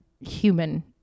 human